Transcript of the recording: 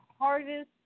hardest